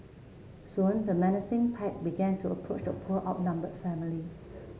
soon the menacing pack began to approach the poor outnumbered family